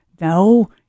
no